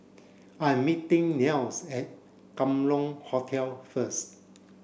I'm meeting Nels at Kam Leng Hotel first